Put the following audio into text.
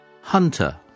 Hunter